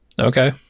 Okay